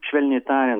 švelniai tarian